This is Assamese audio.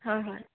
হয় হয়